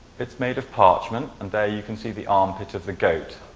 it's made of parchment. and there you can see the armpit of the goat.